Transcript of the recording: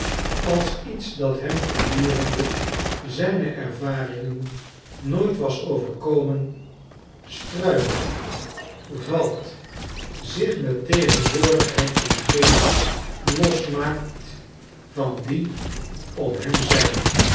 als lets dat hem gedurende zijne ervaringen nooit was overkomen struikelt valt zich mettegenwoordigheid van geest losmaakt van die om hem zijn